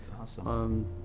awesome